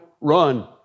run